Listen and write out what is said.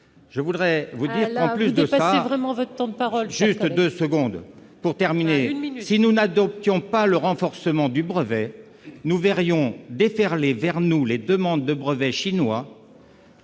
madame la présidente ! Pas plus ! Si nous n'adoptions pas le renforcement du brevet, nous verrions déferler vers nous les demandes de brevets chinois